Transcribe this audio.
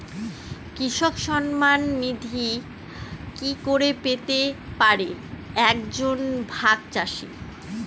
কৃষক সন্মান নিধি কি করে পেতে পারে এক জন ভাগ চাষি?